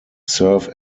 serve